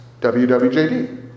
WWJD